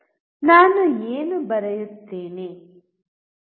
ನಾನು ಏನು ಬರೆಯುತ್ತೇನೆ